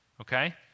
okay